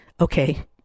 okay